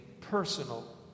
personal